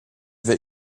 wir